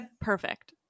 Perfect